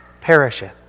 perisheth